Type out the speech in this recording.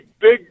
big